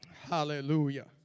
Hallelujah